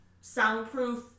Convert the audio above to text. soundproof